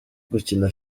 gukina